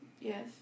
Yes